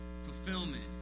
fulfillment